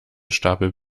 stapel